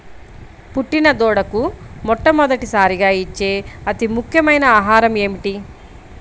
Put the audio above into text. పుట్టిన దూడకు మొట్టమొదటిసారిగా ఇచ్చే అతి ముఖ్యమైన ఆహారము ఏంటి?